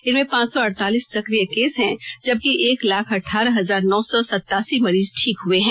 इनमें पांच सौ अड़तालीस सक्रिय केस हैं जबकि एक लाख अठारह हजार नौ सौ सतासी मरीज ठीक हए हैं